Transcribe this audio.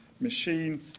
machine